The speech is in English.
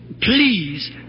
Please